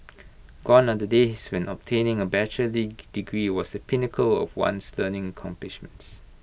gone are the days when obtaining A bachelor's degree was the pinnacle of one's learning accomplishments